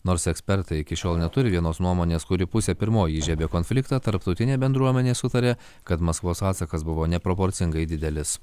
nors ekspertai iki šiol neturi vienos nuomonės kuri pusė pirmoji įžiebė konfliktą tarptautinė bendruomenė sutarė kad maskvos atsakas buvo neproporcingai didelis